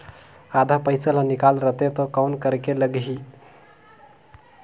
आधा पइसा ला निकाल रतें तो कौन करेके लगही?